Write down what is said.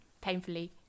painfully